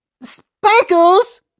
Sparkles